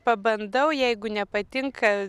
pabandau jeigu nepatinka